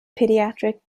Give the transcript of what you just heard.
pediatric